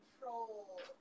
control